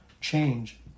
change